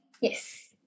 Yes